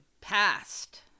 past